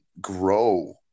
grow